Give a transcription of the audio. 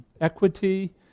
equity